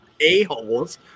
a-holes